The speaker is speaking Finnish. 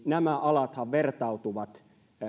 nämä alat vertautuvat